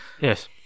yes